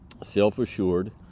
self-assured